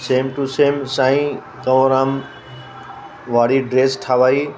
same to same Sai Kanwar Ram वारी dress ठाहिराई